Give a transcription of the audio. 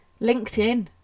LinkedIn